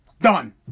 Done